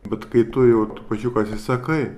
bet kai tu jau trupučiuką atsisakai